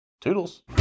Toodles